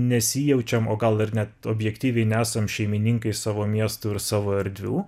nesijaučiam o gal ir net objektyviai nesam šeimininkai savo miestų ir savo erdvių